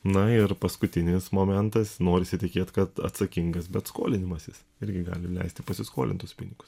na ir paskutinis momentas norisi tikėt kad atsakingas bet skolinimasis irgi gali leisti pasiskolintus pinigus